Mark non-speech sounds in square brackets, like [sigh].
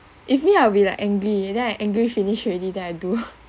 if me I'll be like angry and then I angry finish already then I do [laughs]